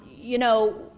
you know,